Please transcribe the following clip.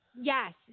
Yes